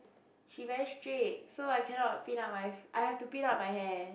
she very strict so I cannot pin up my I have to pin up my hair